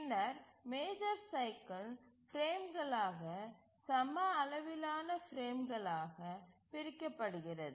பின்னர் major cycle பிரேம்களாக சம அளவிலான பிரேம்களாக பிரிக்கப்படுகிறது